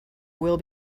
will